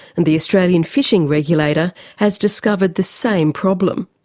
and the australian fishing regulator has discovered the same problem.